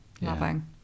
loving